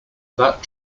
that